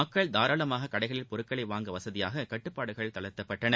மக்கள் தாராளமாக கடைகளில் பொருட்களை வாங்க வசதியாக கட்டுப்பாடுகள் தளர்த்தப்பட்டன